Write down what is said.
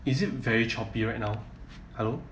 is it very choppy right now hello